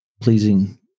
pleasing